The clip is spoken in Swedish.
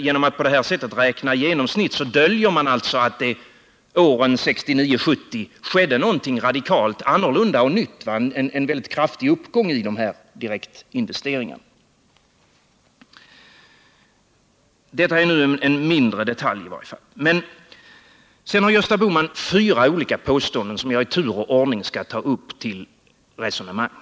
Genom att på det här sättet räkna genomsnitt döljer man att det åren 1969 och 1970 skedde någonting radikalt annorlunda och nytt, nämligen en mycket kraftig uppgång i direktinvesteringarna. Men detta är nu en mindre detalj. Sedan gör Gösta Bohman fyra olika påståenden, som jag i tur och ordning skall ta upp till resonemang.